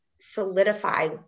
solidify